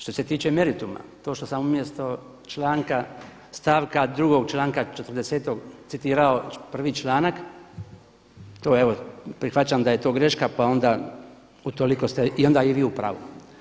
Što se tiče merituma, to što sam umjesto stavka 2. članka 40. citirao prvi članak to evo prihvaćam da je to greška pa onda utoliko ste onda i vi u pravu.